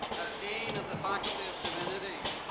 as dean of the faculty of divinity,